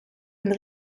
une